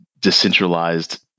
decentralized